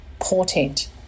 portent